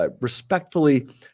respectfully